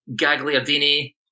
gagliardini